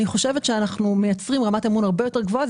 אני חושבת שאנחנו מייצרים רמת אמון הרבה יותר גבוהה.